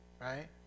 right